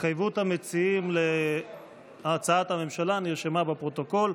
התחייבות המציעים להצעת הממשלה נרשמה בפרוטוקול.